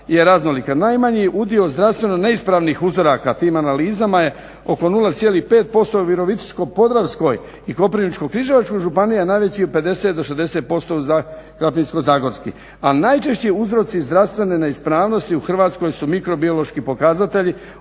da je raznoliko. Najmanji udio zdravstveno neispravnih uzoraka tim analizama je oko 0,5% u Virovitičko-podravskoj i Koprivničko-križevačkoj županiji, a najveći je 50 do 60% za Krapinsko-zagorsku. A najveći uzroci zdravstvene neispravnosti u Hrvatskoj su mikrobiološki pokazatelji,